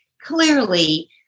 clearly